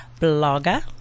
blogger